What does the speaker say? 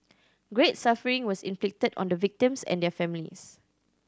great suffering was inflicted on the victims and their families